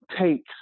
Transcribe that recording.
takes